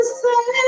say